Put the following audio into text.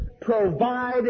Provide